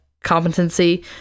competency